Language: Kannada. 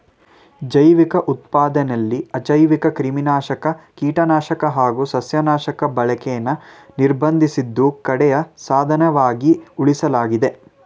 ಜೈವಿಕ ಉತ್ಪಾದನೆಲಿ ಅಜೈವಿಕಕ್ರಿಮಿನಾಶಕ ಕೀಟನಾಶಕ ಹಾಗು ಸಸ್ಯನಾಶಕ ಬಳಕೆನ ನಿರ್ಬಂಧಿಸಿದ್ದು ಕಡೆಯ ಸಾಧನವಾಗಿ ಉಳಿಸಲಾಗಿದೆ